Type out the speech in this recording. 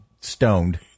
stoned